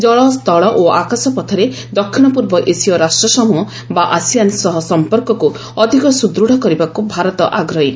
ଜଳ ସ୍ଥଳ ଓ ଆକାଶ ପଥରେ ଦକ୍ଷିଣ ପ୍ରର୍ବ ଏସୀୟ ରାଷ୍ଟ୍ରସମ୍ବହ ବା ଆସିଆନ୍ ସହ ସମ୍ପର୍କକୁ ଅଧିକ ସୁଦୃତ୍ କରିବାକୁ ଭାରତ ଆଗ୍ରହୀ